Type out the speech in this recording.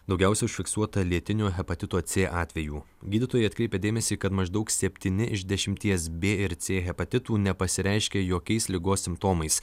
daugiausiai užfiksuota lėtiniu hepatitu c atvejų gydytojai atkreipė dėmesį kad maždaug septyni iš dešimties b ir c hepatitų nepasireiškia jokiais ligos simptomais